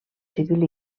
civil